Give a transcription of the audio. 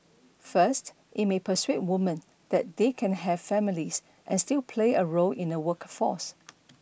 first it may persuade woman that they can have families and still play a role in the workforce